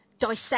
dissect